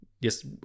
Yes